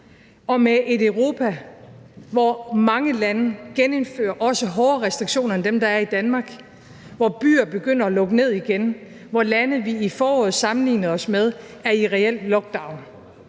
og med et Europa, hvor mange lande genindfører også hårdere restriktioner end dem, der er i Danmark, hvor byer begynder at lukke ned igen, hvor lande, vi i foråret sammenlignede os med, er i reel lockdown.